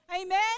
Amen